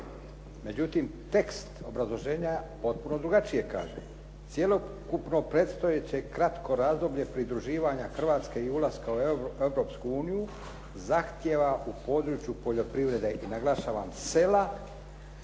Međutim, tekst obrazloženja potpuno drugačije kaže: "cjelokupno predstojeće kratko razdoblje pridruživanja Hrvatske i ulaska u Europsku uniju zahtijeva u području poljoprivrede i "– naglašavam - "sela